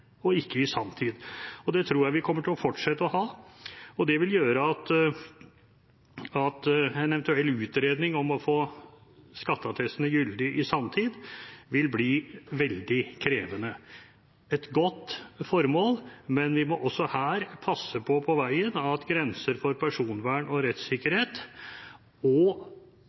og ikke i sanntid, og det tror jeg vi kommer til å fortsette å ha, og det vil gjøre at en eventuell utredning om å få skatteattestene gyldig i samtid vil bli veldig krevende. Det er et godt formål, men vi må på veien også her passe på grensene for personvern og